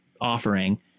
offering